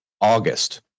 August